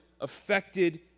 affected